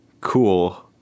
cool